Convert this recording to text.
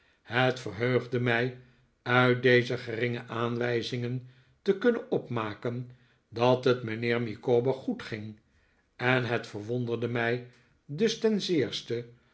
het verheugde mij uit deze geringe aanwijzingen te kunnen opmaken dat het mijnheer micawber goed ging en het verwonderde mij dus ten zeerste